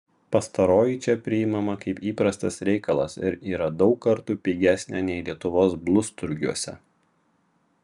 pastaroji čia priimama kaip įprastas reikalas ir yra daug kartų pigesnė nei lietuvos blusturgiuose